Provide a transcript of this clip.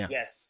Yes